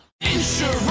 Insurance